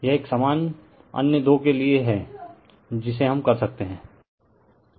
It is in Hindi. यह एक समान अन्य दो के लिए हैं जिसे हम कर सकते हैं